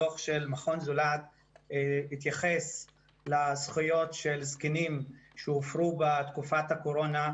הדוח של מכון זולת התייחס לזכויות של זקנים שהופרו בתקופת הקורונה.